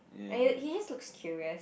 he just looks curious